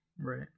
Right